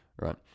right